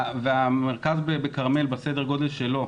והמרכז בכרמל בסדר גודל שלו,